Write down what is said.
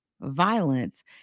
violence